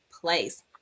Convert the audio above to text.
place